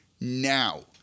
now